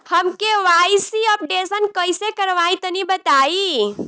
हम KYC updation कइसे करवाई तनि बताई?